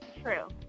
True